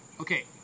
Okay